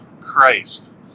Christ